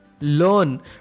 learn